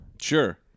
Sure